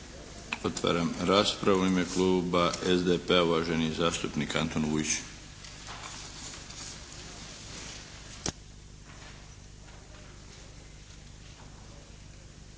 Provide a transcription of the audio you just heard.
Otvaram raspravu. U ime Kluba SDP-a uvaženi zastupnik Antun Vujić.